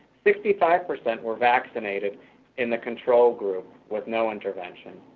sixty five percent were vaccinated in the control group with no intervention.